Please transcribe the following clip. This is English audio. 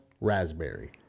raspberry